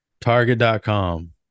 Target.com